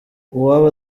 uwaba